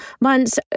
months